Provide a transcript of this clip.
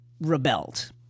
rebelled